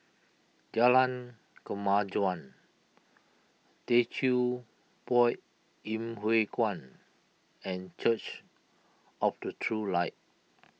Jalan Kemajuan Teochew Poit in Huay Kuan and Church of the True Light